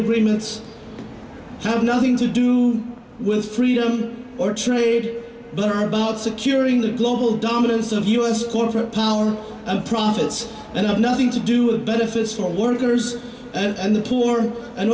agreements have nothing to do with freedom or trade but are about securing the global dominance of us corporate power and profits that have nothing to do with benefits for workers and the poor an